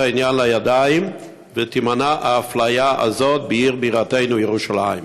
העניין לידיים ותימנע האפליה הזאת בעיר בירתנו ירושלים.